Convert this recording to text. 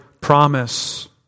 promise